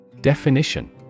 Definition